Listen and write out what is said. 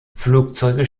flugzeuge